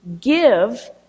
give